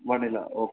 vanilla okay